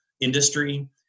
industry